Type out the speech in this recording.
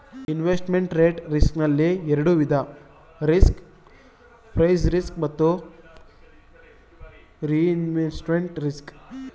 investment rate risk ನಲ್ಲಿ ಎರಡು ವಿಧ ರಿಸ್ಕ್ ಪ್ರೈಸ್ ರಿಸ್ಕ್ ಮತ್ತು ರಿಇನ್ವೆಸ್ಟ್ಮೆಂಟ್ ರಿಸ್ಕ್